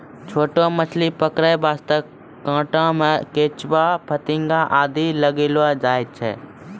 छोटो मछली पकड़ै वास्तॅ कांटा मॅ केंचुआ, फतिंगा आदि लगैलो जाय छै